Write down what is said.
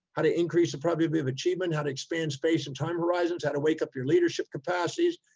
how to increase the probability of achievement, how to expand space and time horizons, how to wake up your leadership capacities,